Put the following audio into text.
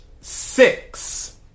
Six